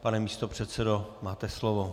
Pane místopředsedo, máte slovo.